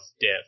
death